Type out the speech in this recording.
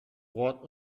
what